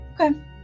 okay